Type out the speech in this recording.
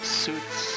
suits